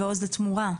ועוז לתמורה?